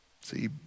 See